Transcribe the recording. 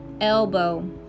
elbow